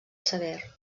sever